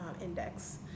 index